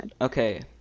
okay